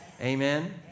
Amen